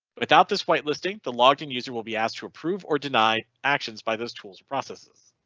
without this whitelisting the logged in user will be asked to approve or deny actions by those tools and processes.